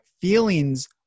feelings